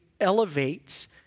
elevates